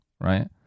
right